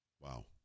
Wow